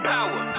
Power